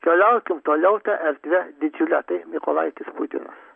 keliaukim toliau ta erdve didžiule tai mykolaitis putinas